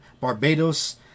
Barbados